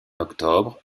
octobre